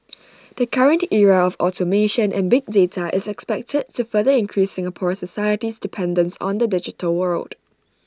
the current era of automation and big data is expected to further increase Singapore society's dependence on the digital world